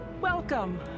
welcome